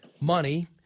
money